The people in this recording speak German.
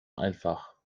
einfach